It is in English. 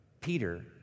Peter